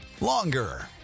longer